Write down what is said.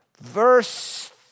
Verse